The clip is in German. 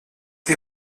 die